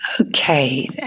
Okay